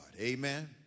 Amen